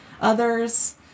others